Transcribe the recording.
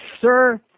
Sir